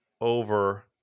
over